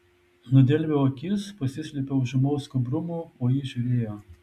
nudelbiau akis pasislėpiau už ūmaus skubrumo o ji žiūrėjo